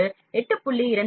15 8